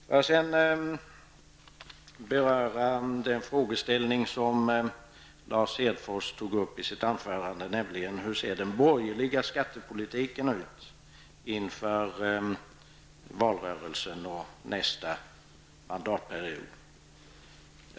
Låt mig sedan beröra en fråga som Lars Hedfors ställde i sitt anförande: Hur ser den borgerliga skattepolitiken ut inför valrörelsen och nästa mandatperiod?